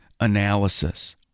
analysis